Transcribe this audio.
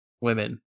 women